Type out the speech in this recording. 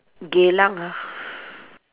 Geylang ha